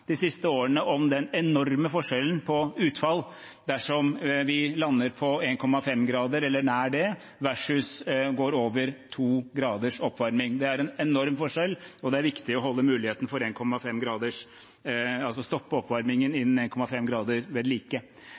de siste årene lært om den enorme forskjellen på utfall dersom vi lander på 1,5 grader eller nær det, versus at vi går over 2 graders oppvarming. Det er en enorm forskjell, og det er viktig å holde ved like muligheten for å nå 1,5-gradersmålet, altså å stoppe oppvarmingen innen 1,5 grader.